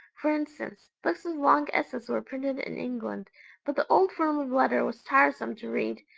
for instance, books with long s's were printed in england but the old form of letter was tiresome to read,